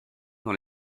dans